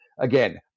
Again